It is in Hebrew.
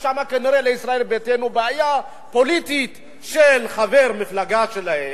יש שם כנראה לישראל ביתנו בעיה פוליטית של חבר מפלגה שלהם,